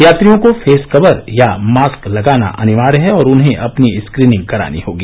यात्रियों को face cover या मास्क लगाना अनिवार्य है और उन्हें अपनी स्क्रीनिंग करानी होगी